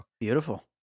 Beautiful